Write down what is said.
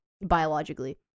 biologically